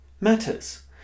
matters